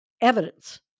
evidence